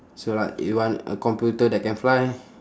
so like you want a computer that can fly